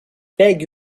pegue